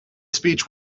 speech